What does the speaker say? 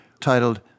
titled